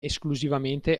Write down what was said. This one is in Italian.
esclusivamente